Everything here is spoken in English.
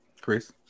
Chris